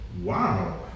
Wow